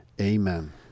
Amen